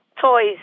toys